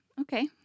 Okay